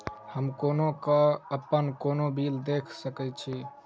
हम कोना कऽ अप्पन कोनो बिल देख सकैत छी?